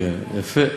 יפה.